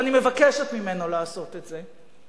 אני מבקשת ממנו לעשות את זה.